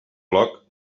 bloc